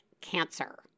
cancer